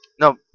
No